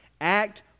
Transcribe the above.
act